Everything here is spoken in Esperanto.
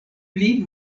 pli